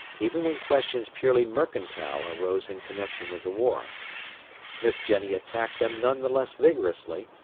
even when questions purely mercantile arose in connection with the war miss jenny attacked them none the less vigorously,